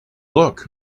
look